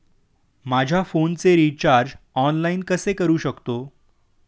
माझ्या फोनचे recharge online कसे करू शकतो?